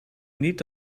niet